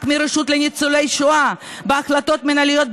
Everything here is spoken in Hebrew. מהרשות לניצולי שואה בהחלטות מינהליות,